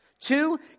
Two